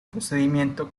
procedimiento